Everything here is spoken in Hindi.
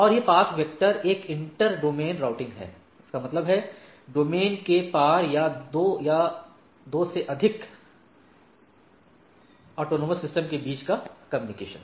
और यह पाथ वेक्टर एक इंटर डोमेन राउटिंग है इसका मतलब है डोमेन के पार या दो या अधिक स्वायत्त प्रणालियों के बीच का कम्युनिकेशन